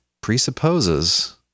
presupposes